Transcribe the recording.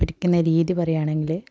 പൊരിക്കുന്ന രീതി പറയുകയാണെങ്കിൽ